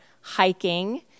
hiking